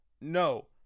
no